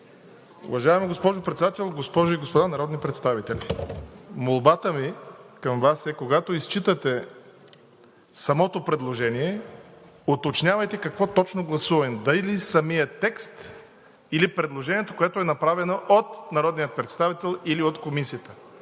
Уважаема госпожо Председател, госпожи и господа народни представители! Молбата ми към Вас е, когато изчитате самото предложение, уточнявайте какво точно гласуваме – дали самия текст или предложението, което е направено от народния представител, или от Комисията…